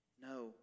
No